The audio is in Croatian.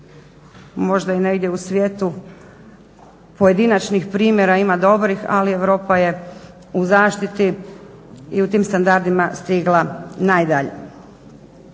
Možda i negdje u svijetu pojedinačnih primjera ima dobrih, ali Europa je u zaštiti i u tim standardima stigla najdalje.